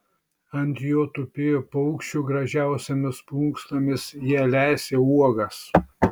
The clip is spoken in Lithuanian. ant jo tupėjo paukščių gražiausiomis plunksnomis jie lesė uogas